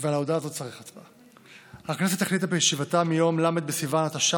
על ההודעה הזאת צריך הצבעה: הכנסת החליטה בישיבתה מיום ל' בסיוון התש"ף,